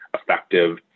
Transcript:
effective